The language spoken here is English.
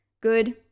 good